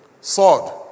sword